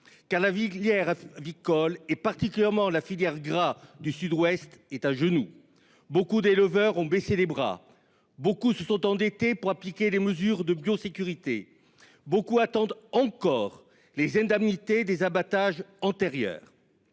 car la filière avicole, particulièrement la filière gras du Sud-Ouest, est à genoux. Beaucoup d'éleveurs ont baissé les bras. Beaucoup se sont endettés pour appliquer les mesures de biosécurité. Beaucoup attendent encore les indemnités des abattages antérieurs.